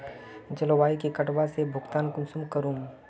जलवायु के कटाव से भुगतान कुंसम करूम?